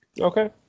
Okay